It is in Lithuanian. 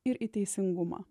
ir į teisingumą